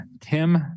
Tim